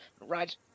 Right